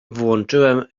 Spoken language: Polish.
włączyłem